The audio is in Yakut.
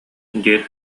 диэт